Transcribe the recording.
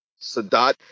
sadat